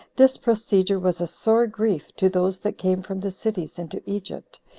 this procedure was a sore grief to those that came from the cities into egypt,